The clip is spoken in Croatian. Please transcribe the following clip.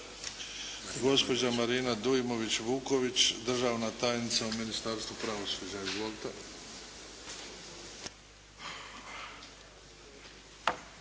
Gospođa Marina Dujmović Vuković, državna tajnica u Ministarstvu pravosuđa. Izvolite!